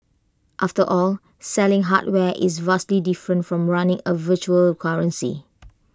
after all selling hardware is vastly different from running A virtual currency